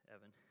Evan